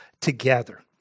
together